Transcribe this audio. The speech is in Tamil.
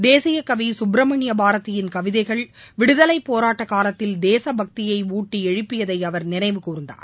தேசியகவி சுப்ரமணிய பாரதியின் கவிதைகள் விடுதலை போராட்ட காலத்தில் தேச பக்தியை ஊட்டிஎழுப்பியதை அவர் நினைவுகூர்ந்தார்